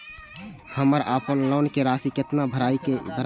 हमर अपन लोन के राशि कितना भराई के ये?